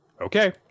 okay